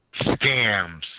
scams